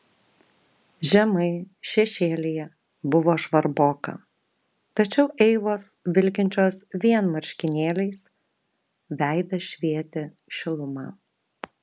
žemai šešėlyje buvo žvarboka tačiau eivos vilkinčios vien marškinėliais veidas švietė šiluma